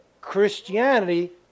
Christianity